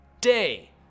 day